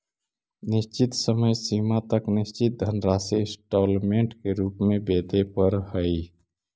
निश्चित समय सीमा तक निश्चित धनराशि इंस्टॉलमेंट के रूप में वेदे परऽ हई